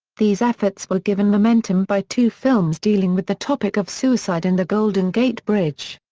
these efforts were given momentum by two films dealing with the topic of suicide and the golden gate bridge.